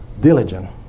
diligent